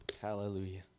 hallelujah